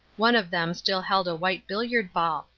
one of them still held a white billiard ball.